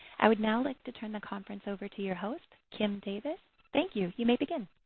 i would now like to turn the conference over to your host kim davis. thank you. you may begin.